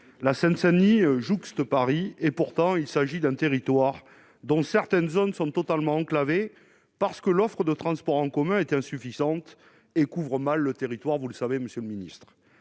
la Seine-Saint-Denis jouxte Paris et pourtant il s'agit d'un territoire dont certaines zones sont totalement enclavé, parce que l'offre de transports en commun étaient insuffisantes et couvre mal le territoire, vous le savez, Monsieur le Ministre,